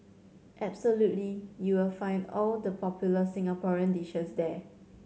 absolutely you will find all the popular Singaporean dishes there